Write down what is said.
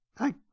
Hi